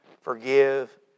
forgive